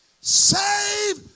save